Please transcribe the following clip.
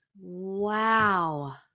Wow